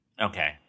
Okay